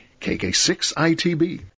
KK6ITB